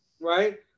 right